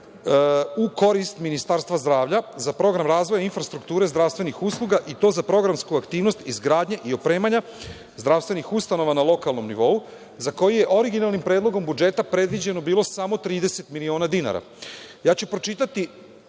u korist Ministarstva zdravlja za program razvoja infrastrukture zdravstvenih usluga i to za programsku aktivnost izgradnje i opremanja zdravstvenih ustanova na lokalnom nivou, za koji je originalnim predlogom budžeta bilo predviđeno samo 30 miliona dinara. Ja